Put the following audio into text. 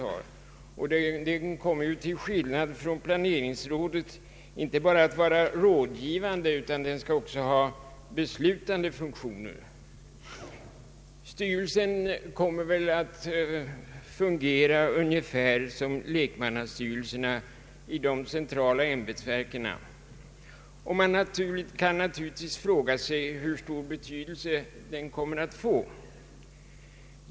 Den kommer till skillnad från planeringsrådet att inte bara vara rådgivande utan också ha beslutande funktioner. Styrelsen kommer väl att fungera ungefär som lekmannastyrelserna i de centrala ämbetsverken, och man kan naturligtvis fråga sig hur stor betydelse den kommer att få.